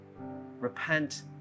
Repent